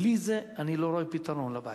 בלי זה, אני לא רואה פתרון לבעיה.